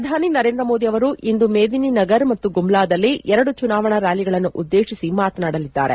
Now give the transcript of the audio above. ಪ್ರಧಾನಿ ನರೇಂದ್ರ ಮೋದಿ ಅವರು ಇಂದು ಮೇದಿನಿ ನಗರ್ ಮತ್ತು ಗುಮ್ಲಾದಲ್ಲಿ ಎರಡು ಚುನಾವಣಾ ರ್ಕಾಲಿಗಳನ್ನು ಉದ್ದೇಶಿಸಿ ಮಾತನಾಡಲಿದ್ದಾರೆ